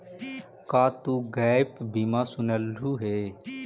का तु गैप बीमा सुनलहुं हे?